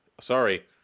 Sorry